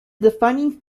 defining